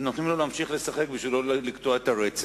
נותנים לו להמשיך לשחק כדי שלא לקטוע את הרצף.